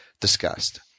discussed